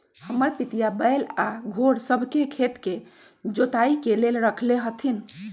हमर पितिया बैल आऽ घोड़ सभ के खेत के जोताइ के लेल रखले हथिन्ह